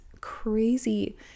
crazy